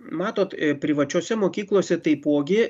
matot privačiose mokyklose taipogi